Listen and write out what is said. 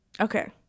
Okay